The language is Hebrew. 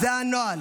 זה הנוהל.